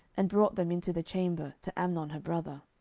and brought them into the chamber to amnon her brother.